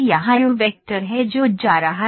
यहाँ U vector है जो जा रहा है